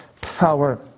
power